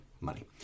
money